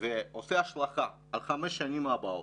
ועושה השלכה על חמש שנים הבאות,